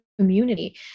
community